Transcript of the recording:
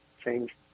change